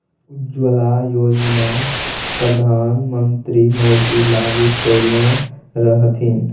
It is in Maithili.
उज्जवला योजना परधान मन्त्री मोदी लागू कएने रहथिन